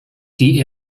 die